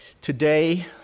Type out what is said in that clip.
today